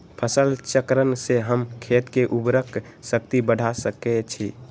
फसल चक्रण से हम खेत के उर्वरक शक्ति बढ़ा सकैछि?